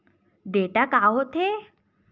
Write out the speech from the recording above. Data का होथे?